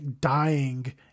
dying